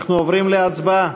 אנחנו עוברים להצבעה,